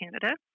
Canada